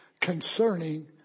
Concerning